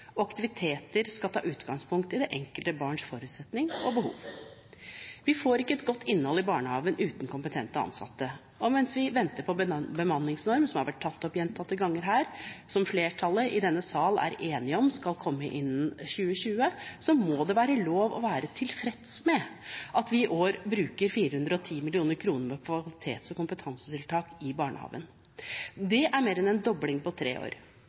og aktiviteter skal ta utgangspunkt i det enkelte barns forutsetninger og behov. Vi får ikke et godt innhold i barnehagen uten kompetente ansatte. Og mens vi venter på bemanningsnorm, som har vært tatt opp gjentatte ganger her, og som flertallet i denne salen er enige om skal komme innen 2020, må det være lov å være tilfreds med at vi i år bruker 410 mill. kr på kvalitets- og kompetansetiltak i barnehagen. Det er mer enn en dobling på tre år.